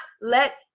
let